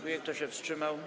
Kto się wstrzymał?